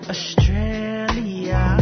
Australia